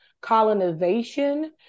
colonization